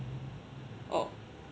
oh